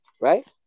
right